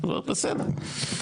בסדר.